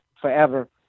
forever